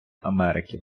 америки